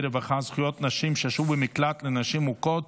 רווחה (זכויות נשים ששהו במקלט לנשים מוכות)